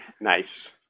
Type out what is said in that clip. Nice